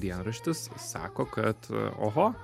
dienraštis sako kad oho